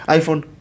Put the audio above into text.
iphone